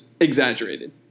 exaggerated